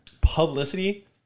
Publicity